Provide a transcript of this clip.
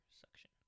suction